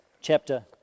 chapter